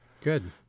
Good